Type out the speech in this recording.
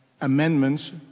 amendments